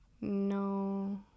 No